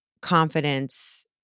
confidence